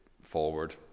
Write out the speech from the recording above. forward